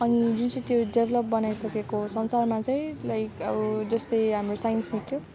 अनि जुन चाहिँ त्यो डेभलप बनाइसकेको संसारमा चाहिँ लाइक अब हाम्रो साइन्स हुन्थ्यो